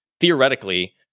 theoretically